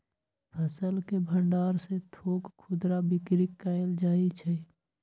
फसल के भण्डार से थोक खुदरा बिक्री कएल जाइ छइ